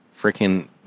freaking